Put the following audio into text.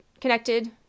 connected